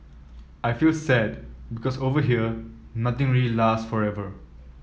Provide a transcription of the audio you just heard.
I feel sad because over here nothing really last forever